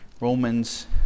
Romans